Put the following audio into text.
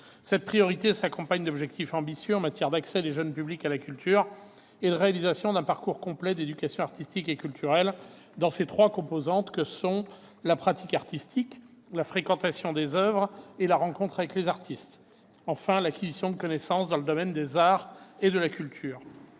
Cette priorité s'accompagne d'objectifs ambitieux en matière d'accès des jeunes publics à la culture, de réalisation d'un parcours complet d'éducation artistique et culturelle dans ses trois composantes- la pratique artistique, la fréquentation des oeuvres et la rencontre avec les artistes -et, enfin, d'acquisition de connaissances dans le domaine des arts et de la culture.